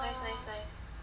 nice nice nice